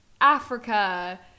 Africa